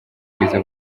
ubwiza